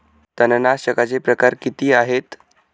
तणनाशकाचे प्रकार किती आहेत?